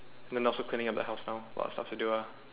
then also cleaning up the house now got a lot of stuff to do ah